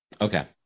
okay